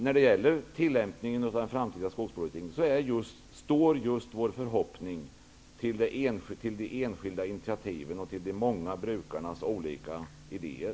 När det gäller tillämpningen av den framtida skogspolitiken står vår förhoppning till de enskilda initiativen och de många brukarnas olika idéer.